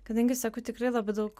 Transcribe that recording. kadangi seku tikrai labai daug